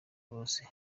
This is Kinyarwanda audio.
bose